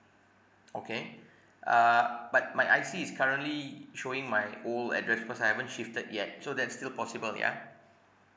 okay uh but my I_C is currently showing my old address because I haven't shifted yet so that's still possible yeah